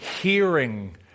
hearing